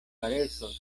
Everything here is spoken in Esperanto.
karesos